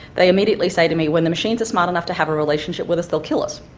they immediately say to me, when the machines are smart enough to have a relationship with us, they'll kill us.